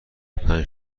پنج